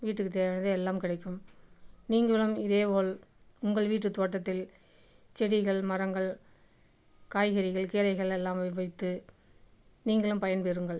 வீட்டுக்கு தேவையானது எல்லாம் கிடைக்கும் நீங்களும் இதேபோல் உங்கள் வீட்டு தோட்டத்தில் செடிகள் மரங்கள் காய்கறிகள் கீரைகள் எல்லாம் எல்லாம் வைத்து நீங்களும் பயன் பெறுங்கள்